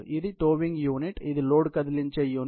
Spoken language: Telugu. ఇది టోవింగ్ యూనిట్ ఇది లోడ్ కదిలించే యూనిట్